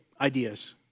ideas